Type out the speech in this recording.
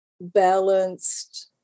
balanced